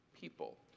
people